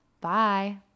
Bye